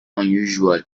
unusual